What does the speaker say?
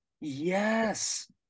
Yes